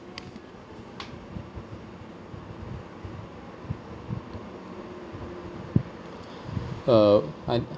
uh I